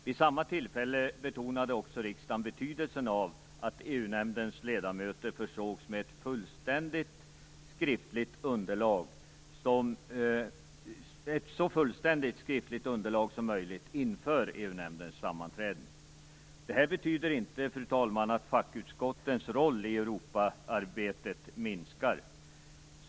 Vid samma tillfälle betonade också riksdagen betydelsen av att EU-nämndens ledamöter försågs med ett så fullständigt skriftligt underlag som möjligt inför nämndens sammanträden. Detta betyder inte, fru talman, att fackutskottens roll i Europaarbetet minskar.